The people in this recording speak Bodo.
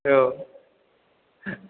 औ